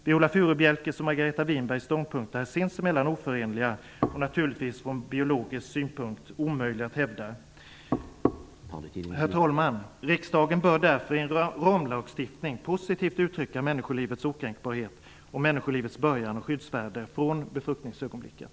Viola Furubjelkes och Margareta Winbergs ståndpunkter är sinsemellan oförenliga, och naturligtvis från biologisk synpunkt omöjliga att hävda. Herr talman! Riksdagen bör i en ramlagstiftning positivt uttrycka människolivets okränkbarhet, människolivets början och dess skyddsvärde från befruktningsögonblicket.